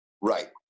Right